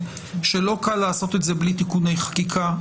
שלא קל לעשות את זה בלי תיקוני חקיקה.